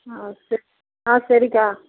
ஆ செரி ஆ சரிக்கா